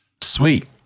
Sweet